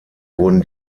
wurden